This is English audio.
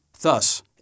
Thus